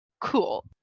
cool